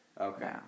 Okay